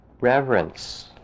reverence